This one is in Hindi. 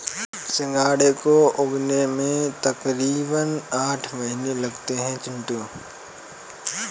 सिंघाड़े को उगने में तकरीबन आठ महीने लगते हैं चिंटू